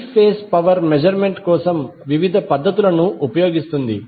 three phase power measurement కోసం వివిధ పద్ధతులను ఉపయోగిస్తుంది